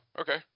okay